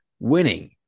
Winning